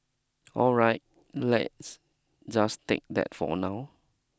alright let's just take that for now